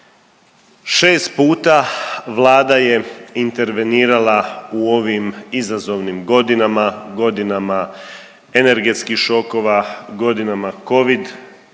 6 puta Vlada je intervenirala u ovim izazovnim godinama, godinama energetskih šokova, godinama Covid